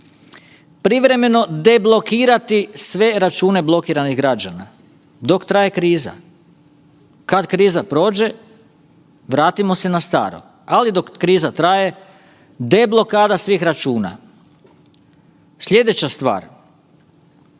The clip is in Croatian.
privremeno deblokirati sve računa blokiranih građana dok traje kriza, kad kriza prođe vratimo se na staro, ali dok kriza traje deblokada svih računa. Sljedeća stvar,